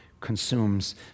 consumes